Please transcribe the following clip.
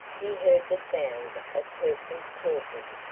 he heard the sound of persons talking.